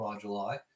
July